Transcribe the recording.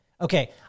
Okay